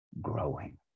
growing